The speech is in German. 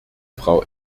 frau